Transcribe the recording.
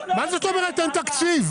מה זאת אומרת אין תקציב?